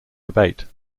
debate